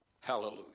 Hallelujah